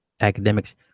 Academics